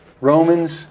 Romans